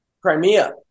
Crimea